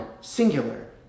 singular